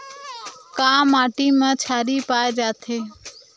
का माटी मा क्षारीय पाए जाथे?